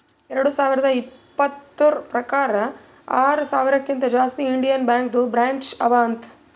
ಎರಡು ಸಾವಿರದ ಇಪ್ಪತುರ್ ಪ್ರಕಾರ್ ಆರ ಸಾವಿರಕಿಂತಾ ಜಾಸ್ತಿ ಇಂಡಿಯನ್ ಬ್ಯಾಂಕ್ದು ಬ್ರ್ಯಾಂಚ್ ಅವಾ ಅಂತ್